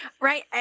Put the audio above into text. right